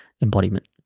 embodiment